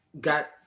got